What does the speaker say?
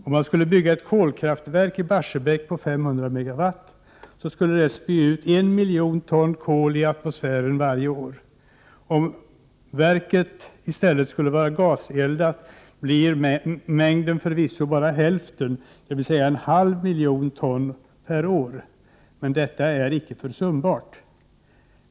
Om man skulle bygga ett kolkraftverk i Barsebäck på 500 MW skulle det komma det att spy ut ca 1 000 000 ton kol per år i atmosfären. Skulle verket vara gaseldat blir mängden förvisso bara hälften, ca 500 000 ton per år, men detta är inte försumbart.